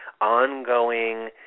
ongoing